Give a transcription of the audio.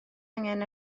angen